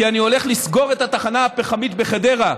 כי אני הולך לסגור את התחנה הפחמית בחדרה,